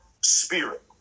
spirit